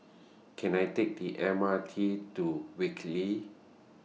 Can I Take The M R T to Whitley